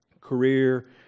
career